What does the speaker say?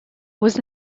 was